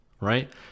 right